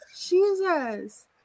Jesus